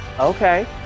Okay